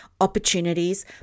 opportunities